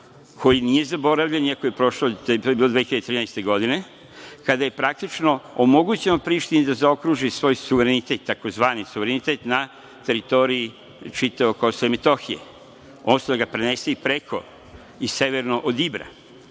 koji nije zaboravljen iako je to bilo 2013. godine, kada je praktično omogućeno Prištini da zaokruži svoj suverenitet, tzv. suverenitet na teritoriji čitavog Kosova i Metohije, odnosno da ga prenese i preko i severno od Ibra.